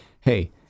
Hey